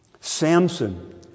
Samson